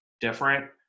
different